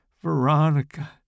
Veronica